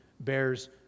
bears